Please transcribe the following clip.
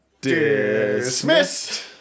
Dismissed